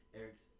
Eric's